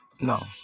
no